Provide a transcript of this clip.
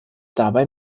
dabei